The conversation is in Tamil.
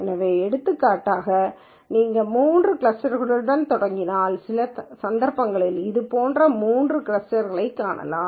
எனவே எடுத்துக்காட்டாக நீங்கள் 3 கிளஸ்டர்களுடன் தொடங்கினால் சில சந்தர்ப்பங்களில் இது போன்ற 3 கிளஸ்டர்களைக் காணலாம்